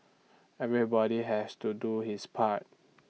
everybody has to do his part